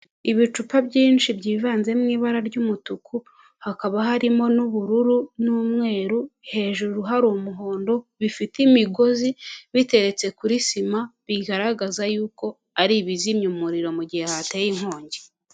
Ibicupa byinshi byivanzemo ibara ry'umutuku, hakaba harimo n'ubururu n'umweru hejuru hari umuhondo, bifite imigozi, biteretse kuri sima, bigaragaza y’uko ari ibizimya umuriro mu gihe hateye inkongi.